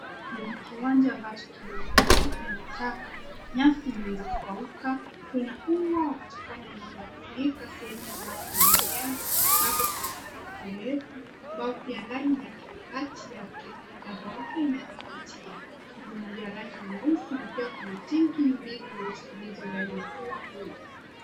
Kiwanja ambacho kina matope na taka. Nyasi imeanza kukauka. Kuna ua wa matofali yaliyofunika sehemu ambayo kuna majengo ambapo kuna ghorofa refu, ambayo pia ndani yake mabati yake ya ghorofa inayofuatia ni ya rangi nyeusi. Na pia kuna tenki mbili nyeusi zilizo ndani ya ua huu.